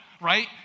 right